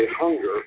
hunger